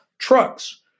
Trucks